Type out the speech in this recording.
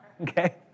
Okay